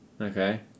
Okay